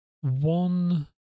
one